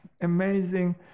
amazing